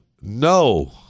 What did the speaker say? no